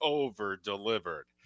over-delivered